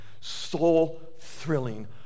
soul-thrilling